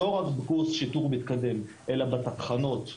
לא רק בקורס שיטור מתקדם אלא בתחנות,